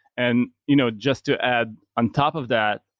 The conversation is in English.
and you know just to add on top of that,